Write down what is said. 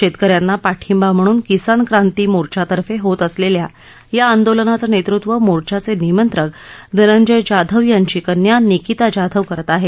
शेतक यांना पाठींबा म्हणून किसान क्रान्ती मोर्च्यातर्फे होत असलेल्या या आंदोलनाचं नेतृत्व मोर्च्याचे निमंत्रक धनंजय जाधव यांची कन्या निकिता जाधव करत आहे